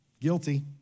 Guilty